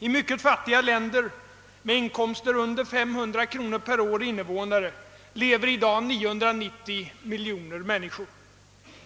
I mycket fattiga länder med inkomster under 500 kronor per år och invånare lever i dag 990 miljoner människor.